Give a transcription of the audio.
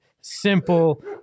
simple